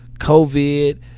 COVID